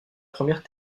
première